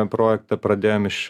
projektą pradėjom iš